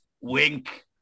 Wink